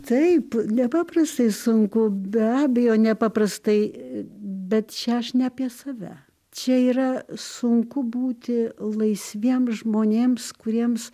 taip nepaprastai sunku be abejo nepaprastai bet čia aš ne apie save čia yra sunku būti laisviems žmonėms kuriems